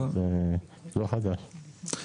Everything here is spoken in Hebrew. זה לא חדש.